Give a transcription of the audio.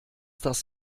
das